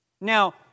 Now